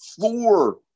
four